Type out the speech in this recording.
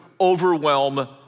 overwhelm